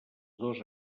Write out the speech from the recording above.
dos